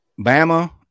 Bama